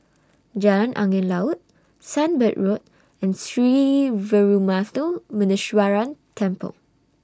Jalan Angin Laut Sunbird Road and Sree Veeramuthu Muneeswaran Temple